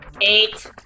Eight